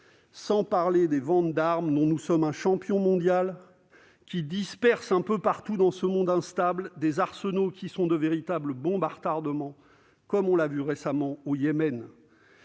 ne parle pas des ventes d'armes, dont nous sommes un champion mondial : elles dispersent un peu partout dans ce monde instable des arsenaux qui sont de véritables bombes à retardement, comme on l'a vu récemment au Yémen.